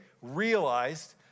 realized